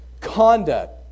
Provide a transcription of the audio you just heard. Conduct